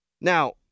now